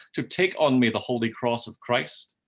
to take on me the holy cross of christ,